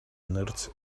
nerds